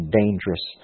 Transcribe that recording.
dangerous